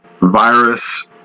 virus